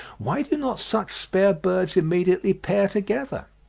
why do not such spare birds immediately pair together?